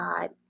God